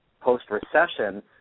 post-recession